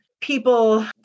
people